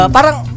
Parang